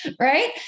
Right